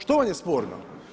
Što vam je sporno?